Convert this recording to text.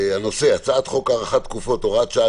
הנושא הוא הצעת חוק הארכת תקופות (הוראת שעה,